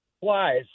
flies